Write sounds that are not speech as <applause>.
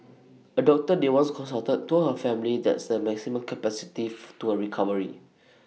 A doctor they once consulted told her family that's the maximum capacity <unintelligible> to her recovery